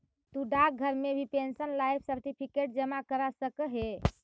तु डाकघर में भी पेंशनर लाइफ सर्टिफिकेट जमा करा सकऽ हे